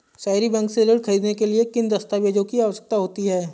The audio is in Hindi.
सहरी बैंक से ऋण ख़रीदने के लिए किन दस्तावेजों की आवश्यकता होती है?